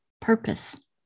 purpose